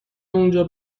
اونجا